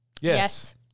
Yes